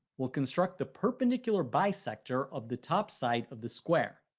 we'll construct the perpendicular bisector of the top side of the square.